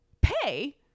pay